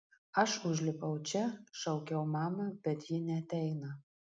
aš užlipau čia šaukiau mamą bet ji neateina